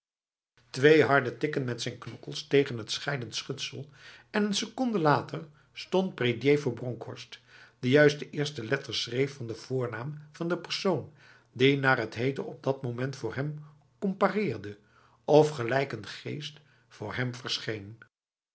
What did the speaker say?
twee harde tikken met zijn knokkels tegen het scheidend schutsel en een seconde later stond prédier voor bronkhorst die juist de eerste letters schreef van de voornaam van de persoon die naar het heette op dat moment voor hem compareerde of gelijk een geest voor hem verscheen